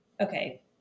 okay